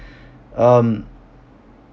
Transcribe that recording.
um